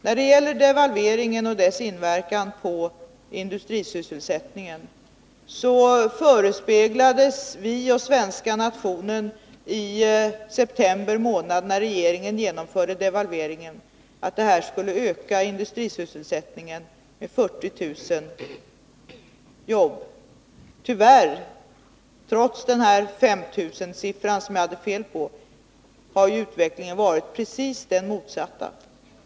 När det gäller devalveringen och dess inverkan på industrisysselsättningen, förespeglades vi och svenska nationen i september månad när regeringen genomförde devalveringen att det här skulle öka industrisysselsättningen med 40 000 jobb. Trots denna siffra på 5 000, beträffande vilken jag hade fel, har ju utvecklingen varit precis den motsatta.